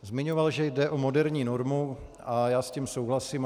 Zmiňoval, že jde o moderní normu a já s tím souhlasím.